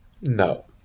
No